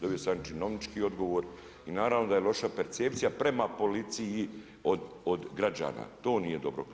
Dobio sam jedan činovnički odgovor i naravno da je loša percepcija prema policiji od građana, to nije dobro.